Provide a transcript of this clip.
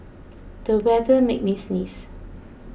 the weather made me sneeze